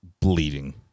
Bleeding